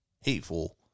hateful